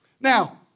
now